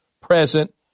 present